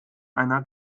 einer